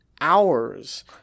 hours